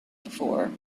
before